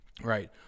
right